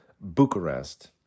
Bucharest